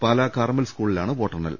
Pala Carmel സ്കൂളിലാണ് വോട്ടെണ്ണൽ